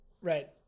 Right